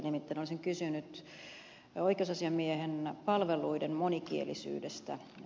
nimittäin olisin kysynyt oikeusasiamiehen palveluiden monikielisyydestä